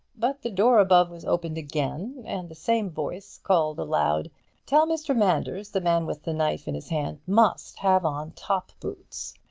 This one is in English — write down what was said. but the door above was opened again, and the same voice called aloud tell mr. manders the man with the knife in his hand must have on top-boots.